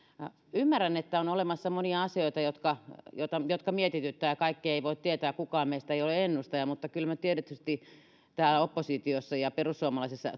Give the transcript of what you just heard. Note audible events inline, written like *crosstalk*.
ymmärrän että on olemassa monia asioita jotka mietityttävät ja kaikkea ei voi tietää kukaan meistä ei ole ennustaja mutta kyllä me tietysti täällä oppositiossa ja perussuomalaisissa *unintelligible*